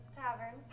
tavern